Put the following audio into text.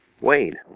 Wade